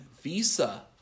Visa